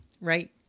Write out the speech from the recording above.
Right